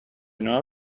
know